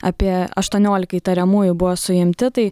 apie aštuoniolika įtariamųjų buvo suimti tai